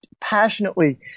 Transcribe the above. passionately